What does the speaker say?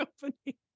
company